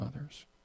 others